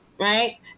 right